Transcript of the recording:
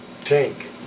tank